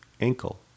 ankle